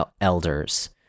elders